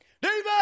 David